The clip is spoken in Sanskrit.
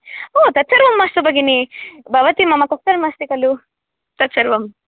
ओ तद् सर्वम् मास्तु भगिनी भवति मम कस्टमर् अस्ति खलु तद् सर्वं